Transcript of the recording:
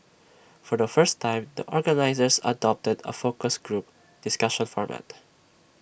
for the first time the organisers adopted A focus group discussion format